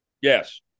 Yes